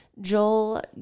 Joel